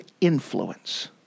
influence